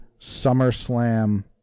SummerSlam